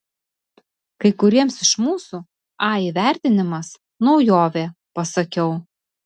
kai kuriems iš mūsų a įvertinimas naujovė pasakiau